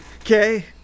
Okay